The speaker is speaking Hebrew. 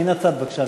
בבקשה.